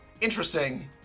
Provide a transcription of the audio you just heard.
interesting